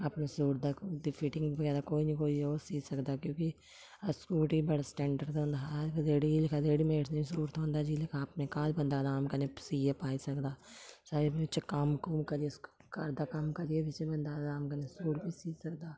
अपने सूट दा दी फिटिंग बगैरा कोई निं कोई ओह् सी सकदा क्योंकि अस सूट गी बड़ा स्टैंडर्ड दा होंदा अस रैडी लेखा रैडीमेड सूट थ्होंदा जि'यै लेखा अपने घर बंदा आराम कन्नै सीऐ पाई सकदा साइड बिच्च कम्म कुम्म करियै घर दा कम्म काजै बिच्च बंदा आराम कन्नै सूट बी सी सकदा